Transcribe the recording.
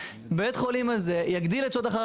בית החולים הזה יגדיל את שעות אחר